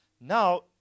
Now